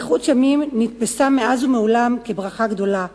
אריכות ימים נתפסה מאז ומעולם כברכה גדולה,